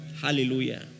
Hallelujah